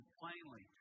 plainly